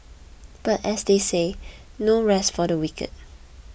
but as they say no rest for the wicked